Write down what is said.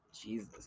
Jesus